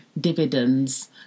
dividends